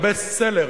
הבסט-סלר,